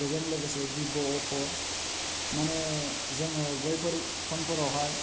बेजों लोगोसे भिभ' अप' माने जोङो बैफोर फनफोरावहाय